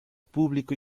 público